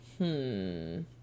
-hmm